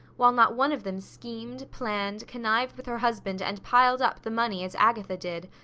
while not one of them schemed, planned, connived with her husband and piled up the money as agatha did,